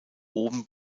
oben